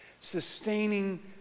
Sustaining